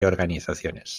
organizaciones